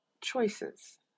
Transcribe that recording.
choices